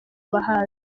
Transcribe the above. buhanzi